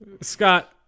Scott